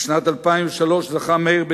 בשנת 2003 זכה מאיר,